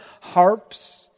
harps